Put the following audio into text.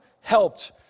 helped